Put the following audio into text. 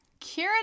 Kira